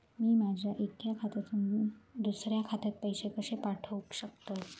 मी माझ्या एक्या खात्यासून दुसऱ्या खात्यात पैसे कशे पाठउक शकतय?